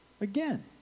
again